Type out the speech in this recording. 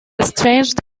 estranged